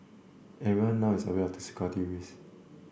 everyone now is aware of the security risk